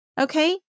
okay